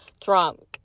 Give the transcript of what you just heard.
Trump